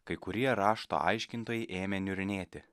kai kurie rašto aiškintojai ėmė niurnėti